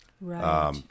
Right